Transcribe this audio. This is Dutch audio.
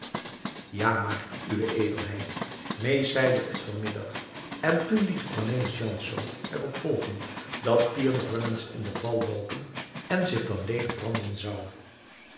ja maar uwe edelheid mees zeide het vanmiddag en toen liet cornelis jansz er op volgen dat pier nog wel eens in de val loopen en zich dan leelijk branden zou